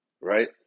right